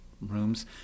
rooms